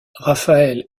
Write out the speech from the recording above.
raphaël